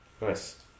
Nice